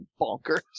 bonkers